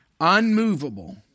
unmovable